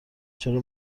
چرا